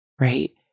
right